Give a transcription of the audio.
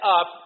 up